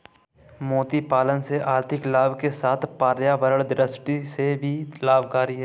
मोती पालन से आर्थिक लाभ के साथ पर्यावरण दृष्टि से भी लाभकरी है